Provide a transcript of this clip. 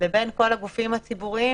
ובין כל הגופים הציבוריים,